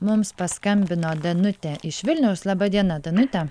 mums paskambino danutė iš vilniaus laba diena danute